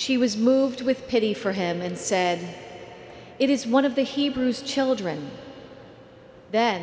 she was moved with pity for him and said it is one of the hebrews children then